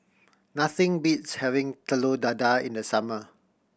nothing beats having Telur Dadah in the summer